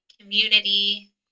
community